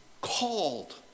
Called